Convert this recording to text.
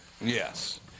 Yes